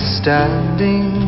standing